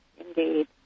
indeed